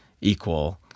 equal